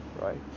right